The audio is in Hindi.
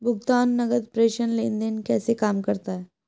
भुगतान नकद प्रेषण लेनदेन कैसे काम करता है?